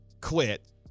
quit